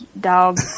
dog